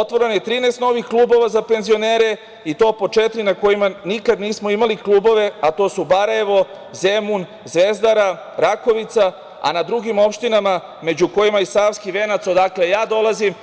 Otvoreno je 13 novih klubova za penzionere i to po četiri na kojima nikad nismo imali klubove, a to su: Barajevo, Zemun, Zvezdara, Rakovica, a na drugim opštinama, među kojima je i Savski Venac, odakle ja dolazim,